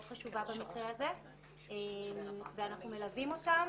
חשובה במקרה הזה ואנחנו מלווים אותן.